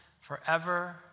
forever